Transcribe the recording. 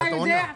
אתה יודע?